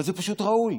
אבל זה פשוט ראוי.